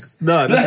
No